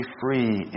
free